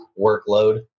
workload